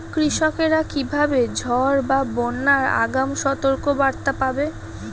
কৃষকেরা কীভাবে ঝড় বা বন্যার আগাম সতর্ক বার্তা পাবে?